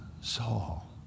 Saul